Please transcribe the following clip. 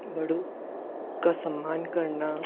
बड़ों का सम्मान करना